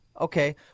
okay